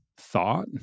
thought